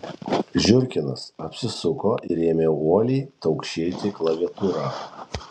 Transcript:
žiurkinas apsisuko ir ėmė uoliai taukšėti klaviatūra